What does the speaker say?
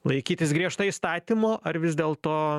laikytis griežtai įstatymo ar vis dėlto